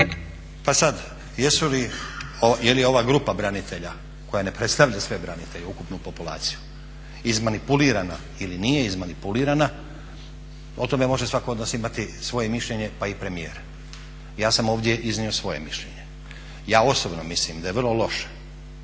Pa sad je li ova grupa branitelja koja ne predstavlja sve branitelje, ukupnu populaciju, izmanipulirana ili nije izmanipulirana o tome može svatko od nas imati svoje mišljenje pa i premijer. Ja sam ovdje iznio svoje mišljenje. Ja osobno mislim da je vrlo loše